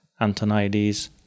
Antonides